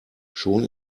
schon